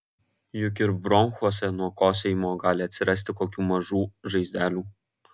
juk ir bronchuose nuo kosėjimo gali atsirasti kokių mažų žaizdelių